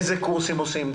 איזה קורסים עושים,